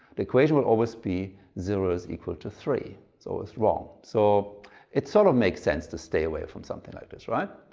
the equation will always be zero is equal to three which so is wrong. so it sort of makes sense to stay away from something like this, right?